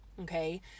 okay